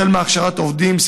החל מהכשרת העובדים,